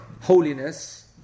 holiness